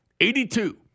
82